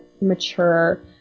mature